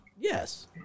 Yes